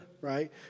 right